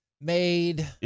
made